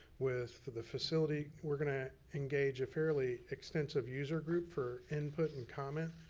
with the facility, we're gonna engage a fairly extensive user group for input and comment.